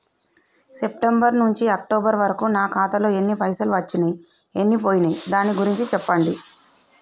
September నుంచి October వరకు నా ఖాతాలో ఎన్ని పైసలు వచ్చినయ్ ఎన్ని పోయినయ్ దాని గురించి చెప్పండి?